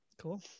Cool